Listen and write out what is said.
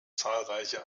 zahlreiche